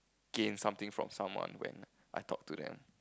gain something from someone when I talk to them